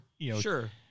sure